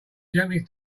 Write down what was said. gently